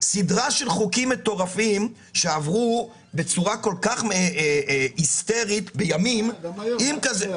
סדרה של חוקים מטורפים שעברו בצורה כל כך היסטרית בימים --- גם היום.